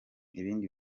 ibindi